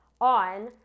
on